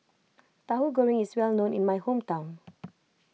Tauhu Goreng is well known in my hometown